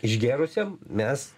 išgėrusiam mes